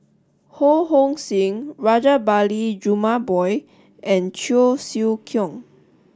Ho Hong Sing Rajabali Jumabhoy and Cheong Siew Keong